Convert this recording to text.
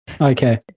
Okay